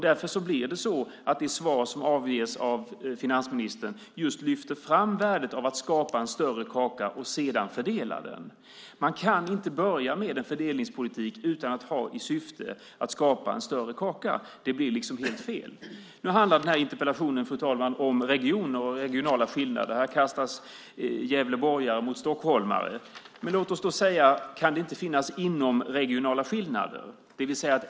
Därför blir det så att det svar som avges från finansministern just lyfter fram värdet av att skapa en större kaka och sedan fördela den. Man kan inte börja med en fördelningspolitik utan att ha som syfte att skapa en större kaka. Det blir helt fel. Fru talman! Den här interpellationen handlar om regioner och regionala skillnader. Här ställs gävleborgare mot stockholmare. Men kan det inte finnas inomregionala skillnader?